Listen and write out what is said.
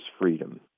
freedom